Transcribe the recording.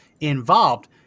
involved